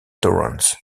torrents